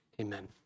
Amen